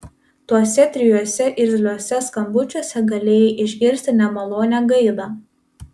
tuose trijuose irzliuose skambučiuose galėjai išgirsti nemalonią gaidą